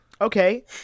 Okay